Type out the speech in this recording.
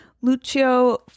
Lucio